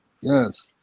Yes